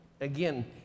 again